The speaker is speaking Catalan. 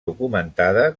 documentada